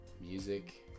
Music